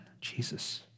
Jesus